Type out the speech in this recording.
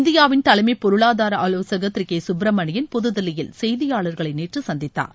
இந்தியாவின் தலைமை பொருளாதார ஆலோசகர் திரு கே சுப்பிரமணியன் புதில்லியில் செய்தியாளர்களை நேற்று சந்தித்தார்